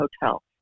hotel